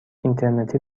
اینترنتی